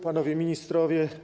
Panowie Ministrowie!